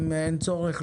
אם אין צורך,